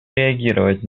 реагировать